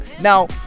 now